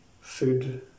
food